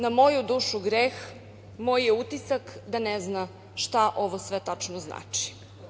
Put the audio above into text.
Na moju dušu greh, moj je utisak da ne zna šta sve ovo tačno znači.